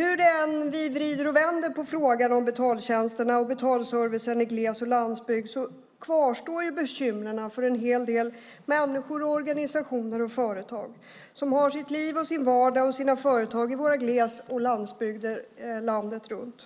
Hur vi än vrider och vänder på frågan om betaltjänster och betalservice i gles och landsbygd kvarstår bekymren för en hel del människor, organisationer och företag som har sitt liv, sin vardag och sina företag i vår gles och landsbygd landet runt.